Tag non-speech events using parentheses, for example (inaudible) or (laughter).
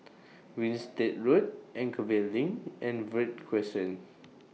(noise) Winstedt Road Anchorvale LINK and Verde Crescent